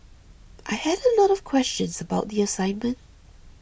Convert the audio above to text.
I had a lot of questions about the assignment